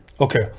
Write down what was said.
Okay